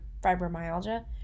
fibromyalgia